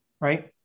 right